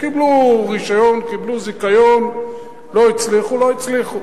קיבלו רשיון, קיבלו זיכיון, לא הצליחו, לא הצליחו.